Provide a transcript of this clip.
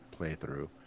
playthrough